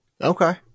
Okay